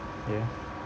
ya